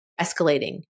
escalating